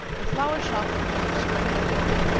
the flower shops were full of spring blooms,